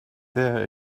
there